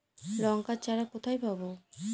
লঙ্কার চারা কোথায় পাবো?